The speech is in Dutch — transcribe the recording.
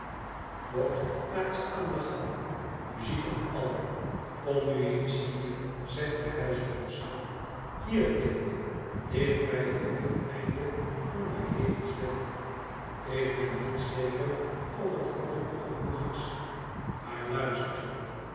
watt maakt ze aan den gang muziek en al kom nu eens hier zegt de huishoudster hier kind dicht bij het hoofdeinde van mylady's bed ik ben niet zeker of het al donker genoeg is maar luister